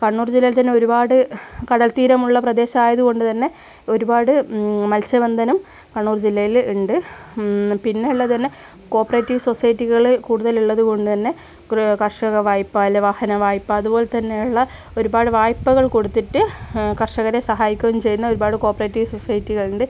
കണ്ണൂർ ജില്ലയിൽ തന്നെ ഒരുപാട് കടൽ തീരമുള്ള പ്രദേശമായതുകൊണ്ട് തന്നെ ഒരുപാട് മത്സ്യബന്ധനം കണ്ണൂർ ജില്ലയിൽ ഉണ്ട് പിന്നെയുള്ളത് തന്നെ കോർപ്പറേറ്റിവ് സൊസൈറ്റികളിൽ കൂടുതലുള്ളത് കൊണ്ട് തന്നെ പുതിയ കർഷക വായ്പ അല്ലേ വാഹന വായ്പ അതുപോലെ തന്നെയുള്ള ഒരുപാട് വായ്പകൾ കൊടുത്തിട്ട് കർഷകരെ സഹായിക്കുകയും ചെയ്യുന്ന ഒരുപാട് കോർപ്പറേറ്റിവ് സൊസൈറ്റികളുണ്ട്